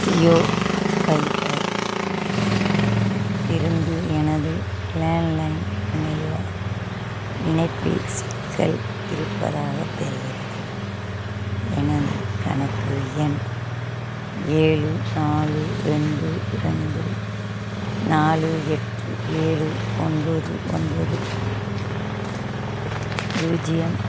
Jio fibre இருந்து எனது landline இணைய இணைப்பில் சிக்கல் இருப்பதாகத் தெரிகிறது எனது கணக்கு எண் ஏழு நாலு ரெண்டு ரெண்டு நாலு எட்டு ஏழு ஒன்பது ஒன்பது பூஜ்ஜியம்